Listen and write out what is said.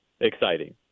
exciting